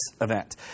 event